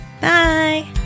Bye